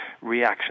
reaction